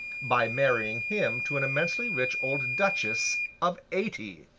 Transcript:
by marrying him to an immensely rich old duchess of eighty.